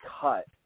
cut